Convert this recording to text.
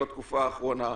בתקופה האחרונה,